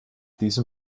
diesem